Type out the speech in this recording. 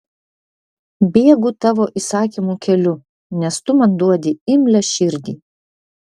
bėgu tavo įsakymų keliu nes tu man duodi imlią širdį